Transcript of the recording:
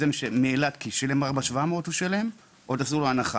באילת הוא שילם 4,700 ולדעתי עוד עשו לו הנחה